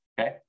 okay